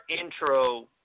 intro